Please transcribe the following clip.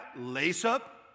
lace-up